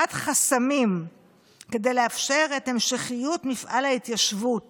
חסמים כדי לאפשר את המשכיות מפעל ההתיישבות